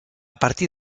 partir